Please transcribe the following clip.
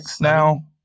now